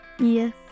yes